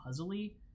puzzly